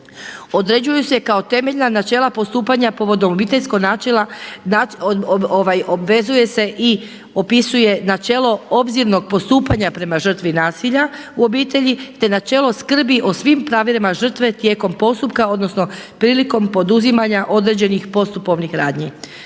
Određuju se kao temeljna načela postupanja povodom obiteljskog nasilja obvezuje se i opisuje se načelo obzirnog postupanja prema žrtvi nasilja u obitelji, te načelo skrbi o svim pravilima žrtve tijekom postupka odnosno prilikom poduzimanja određenih postupovnih radnji.